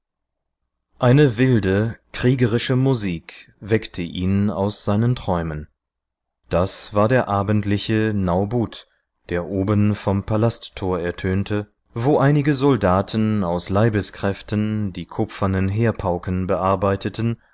eine wilde kriegerische musik weckte ihn aus seinen träumen das war der abendliche naubut der oben vom palasttor ertönte wo einige soldaten aus leibeskräften die kupfernen heerpauken bearbeiteten